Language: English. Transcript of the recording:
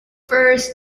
furs